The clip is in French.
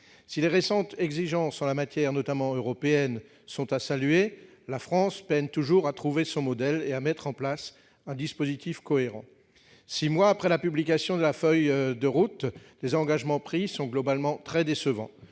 si les récentes exigences en la matière, notamment européennes sont à saluer la France peine toujours à trouver son modèle et à mettre en place un dispositif cohérent, 6 mois après la publication de la feuille de route, les engagements pris sont globalement très décevant,